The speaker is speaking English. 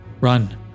Run